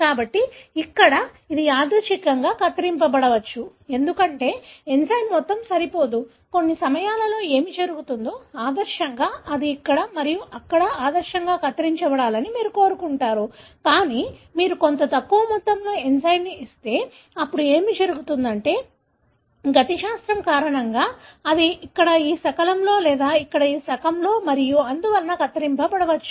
కాబట్టి ఇక్కడ ఇది యాదృచ్ఛికంగా కత్తిరించబడవచ్చు ఎందుకంటే ఎంజైమ్ మొత్తం సరిపోదు కొన్ని సమయాల్లో ఏమి జరుగుతుందో ఆదర్శంగా అది అక్కడ మరియు ఇక్కడ ఆదర్శంగా కత్తిరించబడాలని మీరు కోరుకుంటారు కానీ మీరు కొంత తక్కువ మొత్తంలో ఎంజైమ్ని ఇస్తే అప్పుడు ఏమి జరుగుతుందంటే గతిశాస్త్రం కారణంగా అది ఇక్కడ ఈ శకలంలో లేదా ఇక్కడ ఈ శకంలో మరియు అందువలన కత్తిరించబడ వచ్చు